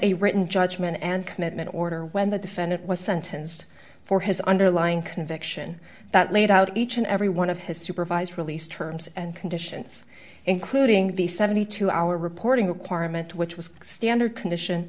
a written judgment and commitment order when the defendant was sentenced for his underlying conviction that laid out each and every one of his supervised release terms and conditions including the seventy two hour reporting requirement which was standard condition